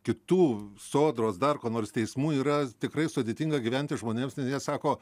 kitų sodros dar ko nors teismų yra tikrai sudėtinga gyventi žmonėms nes jie sako